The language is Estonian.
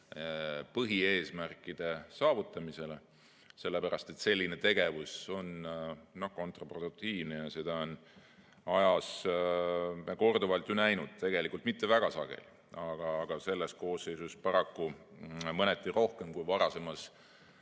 põhieesmärkide saavutamisele, sellepärast et selline tegevus on kontraproduktiivne ja seda ma olen ajas korduvalt näinud. Tegelikult mitte väga sageli, aga selles koosseisus paraku mõneti rohkem kui varasemas